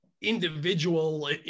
individual